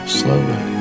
slowly